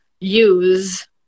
use